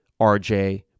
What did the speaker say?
RJ